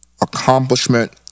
accomplishment